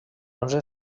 onze